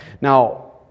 Now